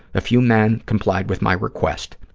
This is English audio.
a few men complied with my request.